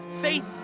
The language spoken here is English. faith